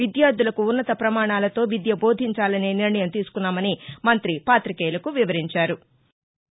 విద్యార్దులకు ఉన్నత పమాణాలతో విద్య బోధించాలని నిర్ణయం తీసుకున్నామని మంతి పాతికేయులకు వివరించారు